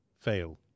Fail